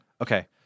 Okay